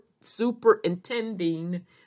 superintending